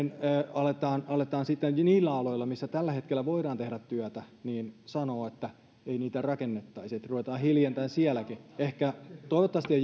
aletaan aletaan niillä aloilla millä tällä hetkellä voidaan tehdä työtä sanoa että ei niitä rakennettaisi että ruvetaan hiljentämään sielläkin toivottavasti